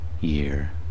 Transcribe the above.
year